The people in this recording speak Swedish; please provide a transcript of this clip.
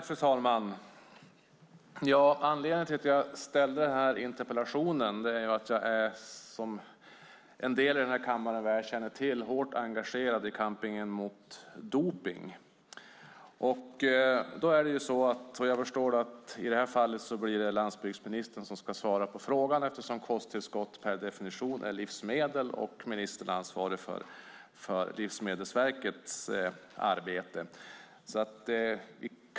Fru talman! Anledningen till att jag ställde interpellationen är att jag är, som en del i denna kammare väl känner till, hårt engagerad i kampen mot dopning. I det här fallet blir det landsbygdsministern som ska svara på frågan, eftersom kosttillskott per definition är livsmedel och ministern är ansvarig för Livsmedelsverkets arbete.